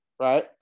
Right